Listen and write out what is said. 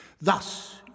Thus